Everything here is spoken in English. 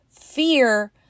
fear